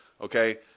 okay